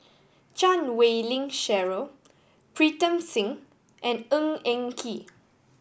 Chan Wei Ling Cheryl Pritam Singh and Ng Eng Kee